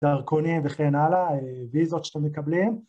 דרכונים וכן הלאה, אה... ויזות שאתם מקבלים.